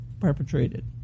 perpetrated